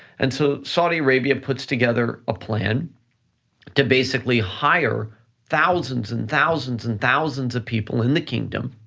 and so saudi arabia puts together a plan to basically hire thousands and thousands and thousands of people in the kingdom,